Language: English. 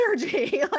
energy